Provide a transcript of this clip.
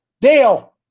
Dale